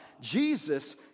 Jesus